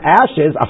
ashes